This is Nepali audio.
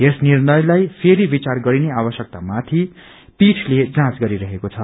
यस निर्णयलाई फेरि विचार गरिने आवश्यक्तामाथि पीठले जाँच गरिरहेको छ